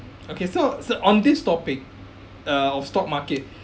okay so so on this topic uh of stock market